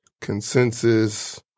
consensus